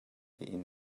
tein